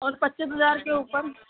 और पच्चीस हजार के ऊपर